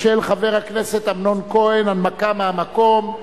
של חבר הכנסת אמנון כהן, הנמקה מהמקום.